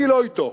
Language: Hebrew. אני לא אתו.